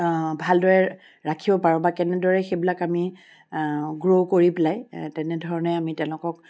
ভালদৰে ৰাখিব পাৰো বা কেনেদৰে সেইবিলাক আমি গ্ৰ' কৰি পেলাই তেনেধৰণে আমি তেওঁলোকক